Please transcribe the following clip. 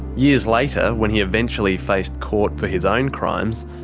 years later, when he eventually faced court for his own crimes,